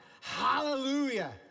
Hallelujah